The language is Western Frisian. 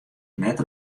net